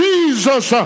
Jesus